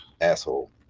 asshole